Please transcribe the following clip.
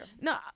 no